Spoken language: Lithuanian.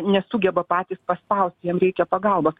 nesugeba patys paspaust jiem reikia pagalbos